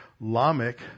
Lamech